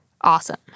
Awesome